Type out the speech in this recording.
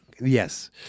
Yes